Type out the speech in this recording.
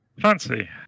Fancy